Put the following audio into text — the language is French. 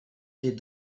des